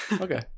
okay